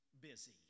busy